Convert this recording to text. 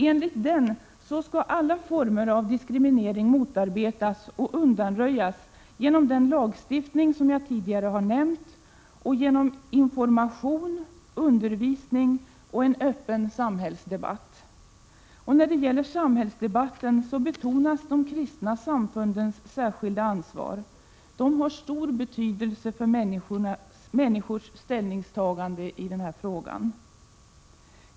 Enligt den skall alla former av diskriminering motarbetas och undanröjas genom den lagstiftning som jag tidigare har nämnt och genom information, undervisning och en öppen samhällsdebatt. När det gäller samhällsdebatten betonas de kristna samfundens särskilda ansvar. De har stor betydelse för människors ställningstagande i den här frågan.